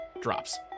drops